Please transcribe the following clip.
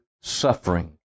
suffering